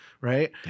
right